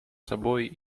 собой